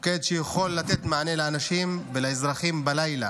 מוקד שיכול לתת מענה לאנשים ולאזרחים בלילה.